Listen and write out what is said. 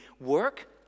work